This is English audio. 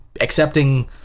accepting